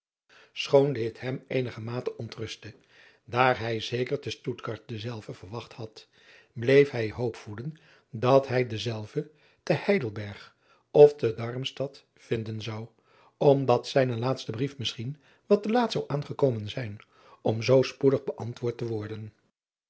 choon dit hem eenigermaate ontrustte daar hij zeker te tuttgard dezelve verwacht had bleef hij hoop voeden dat hij dezelve te eidelberg of te armstad vinden zou omdat zijne laatste brief misschien wat te laat zou aangekomen zijn om zoo spoedig beantwoord te worden